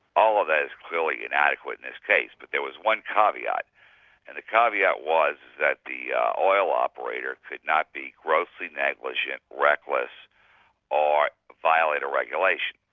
all of that is clearly inadequate in this case, but there was one caveat and the caveat was that the oil operator could not be grossly negligent, reckless or violate a regulation.